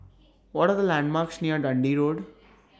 What Are The landmarks near Dundee Road